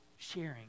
Sharing